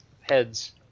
Heads